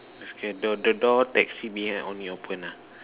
okay the the door taxi behind only open ah